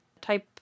type